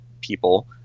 People